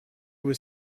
was